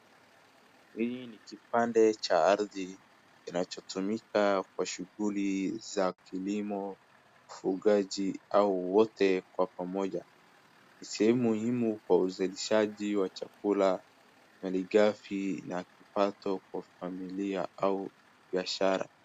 Hii ni kipande cha ardhi kinachotumika kwa shughuli za kilimo, ufugaji au wote kwa pamoja. Sehemu muhimu kwa uzalishaji wa chakula, maligafi na kipato kwa famili au biashara.